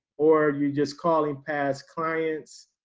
or you just calling past clients.